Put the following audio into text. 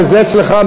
וזה אצלך,